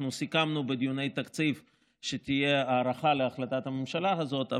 אנחנו סיכמנו בדיוני התקציב שתהיה הארכה להחלטת הממשלה הזאת,